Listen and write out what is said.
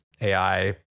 AI